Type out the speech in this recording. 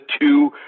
two